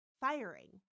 firing